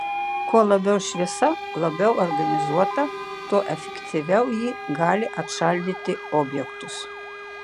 kuo labiau šviesa labiau organizuota tuo efektyviau ji gali atšaldyti objektus